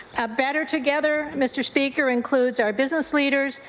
a better together, mr. speaker, includes our business leaders,